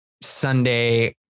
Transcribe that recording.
Sunday